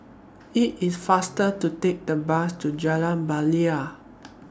IT IS faster to Take The Bus to Jalan Bilal